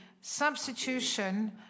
substitution